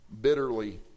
bitterly